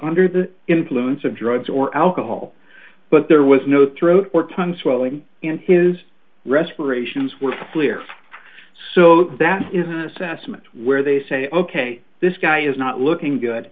under the influence of drugs or alcohol but there was no throat or tongue swelling in his respirations were clear so that is an assessment where they say ok this guy is not looking good